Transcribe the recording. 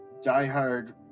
diehard